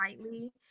lightly